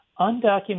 Undocumented